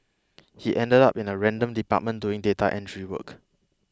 he ended up in a random department doing data entry work